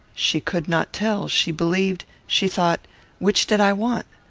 she could not tell she believed she thought which did i want?